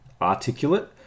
articulate